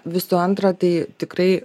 visų antra tai tikrai